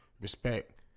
respect